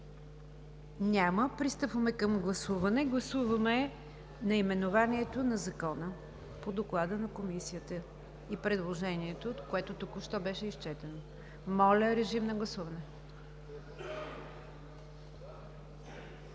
Няма. Пристъпваме към гласуване. Гласуваме наименованието на Закона по Доклада на Комисията и предложението, което току-що беше изчетено. Гласували